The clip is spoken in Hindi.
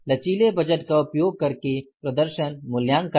लचीले बजट का उपयोग करके प्रदर्शन मूल्यांकन